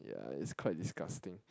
ya it's quite disgusting